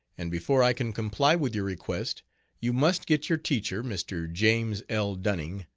and before i can comply with your request you must get your teacher, mr. james l. dunning,